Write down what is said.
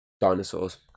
dinosaurs